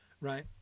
right